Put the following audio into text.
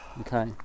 Okay